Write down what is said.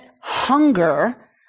hunger